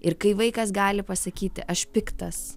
ir kai vaikas gali pasakyti aš piktas